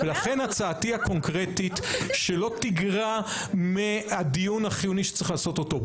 לכן הצעתי הקונקרטית שלא תגרע מהדיון החיוני שצריך לעשות אותו.